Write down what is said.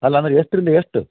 ಅಲ್ಲ ಅಂದ್ರೆ ಎಷ್ಟರಿಂದ ಎಷ್ಟು